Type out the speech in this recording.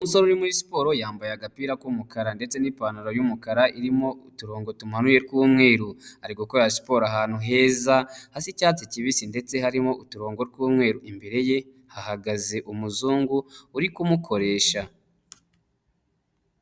Umusore uri muri siporo yambaye agapira k'umukara ndetse n'ipantaro y'umukara irimo uturongo tumanuye tw'umweru, ari gukora siporo ahantu heza hasa icyatsi kibisi ndetse harimo uturongo tw'umweru, imbere ye hahagaze umuzungu uri kumukoresha.